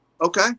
okay